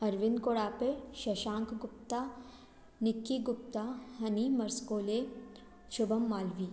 Arvind Kolhape Sheshank Gupta Nikki Gupta Honey Marskole Shubham Malviya